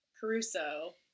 Caruso